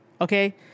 Okay